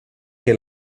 che